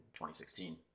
2016